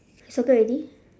circle already